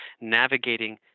navigating